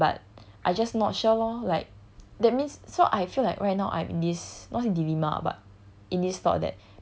对不对 but I just not sure lor like that means so I feel like right now I'm in this not say dilemma but